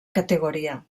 categoria